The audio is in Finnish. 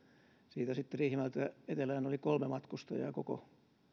siitä riihimäeltä etelään oli kolme matkustajaa koko